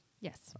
Yes